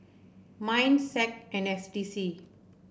Minds SAC and S D C